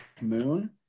Moon